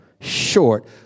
short